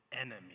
enemy